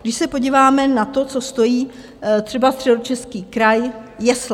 Když se podíváme na to, co stojí, třeba Středočeský kraj, jesle.